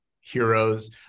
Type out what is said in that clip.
heroes